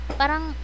parang